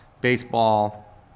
baseball